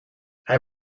hij